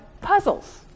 puzzles